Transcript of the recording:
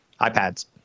iPads